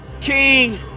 King